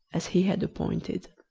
as he had appointed.